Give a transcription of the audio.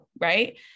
right